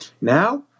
Now